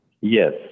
Yes